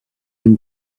and